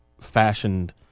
fashioned